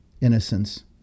innocence